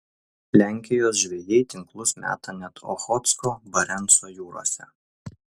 lenkijos žvejai tinklus meta net ochotsko barenco jūrose